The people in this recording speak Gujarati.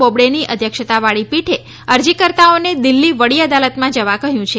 બોબડેની અધ્યક્ષતાવાળી પીઠે અરજીકર્તાઓને દિલ્ફી વડી અદાલતમાં જવા કહ્યું છે